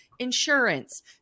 insurance